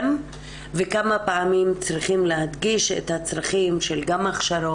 וכמה פעמים צריך להדגיש את הצורך בהכשרת,